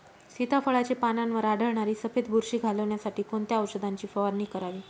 सीताफळाचे पानांवर आढळणारी सफेद बुरशी घालवण्यासाठी कोणत्या औषधांची फवारणी करावी?